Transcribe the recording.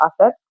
asset